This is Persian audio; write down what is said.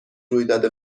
رویداد